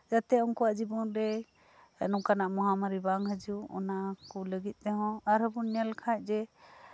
ᱡᱟᱛᱮ ᱩᱱᱠᱩᱣᱟᱜ ᱡᱤᱵᱚᱱᱨᱮ ᱱᱚᱝᱠᱟᱱᱟᱜ ᱢᱚᱦᱟᱢᱟᱨᱤ ᱵᱟᱝ ᱦᱤᱡᱩᱜ ᱚᱱᱟ ᱠᱚ ᱞᱟᱹᱜᱤᱫ ᱛᱮᱦᱚᱸ ᱟᱨᱚ ᱵᱚᱱ ᱧᱮᱞ ᱠᱷᱟᱱ ᱡᱮ